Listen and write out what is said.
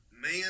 Man